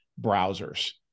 browsers